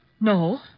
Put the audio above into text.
No